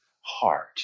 heart